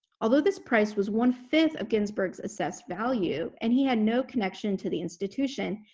although this price was one-fifth ofgginsburg's assessed value and he had no connection to the institution,